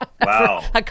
Wow